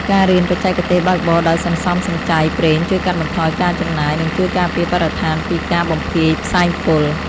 ការរៀនបច្ចេកទេសបើកបរដោយសន្សំសំចៃប្រេងជួយកាត់បន្ថយការចំណាយ និងជួយការពារបរិស្ថានពីការបំភាយផ្សែងពុល។